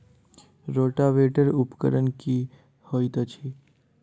Rotavator उपकरण की हएत अछि?